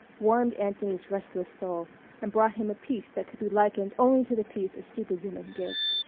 warmed anthony's restless soul and brought him a peace that could be likened only to the peace a stupid woman gives.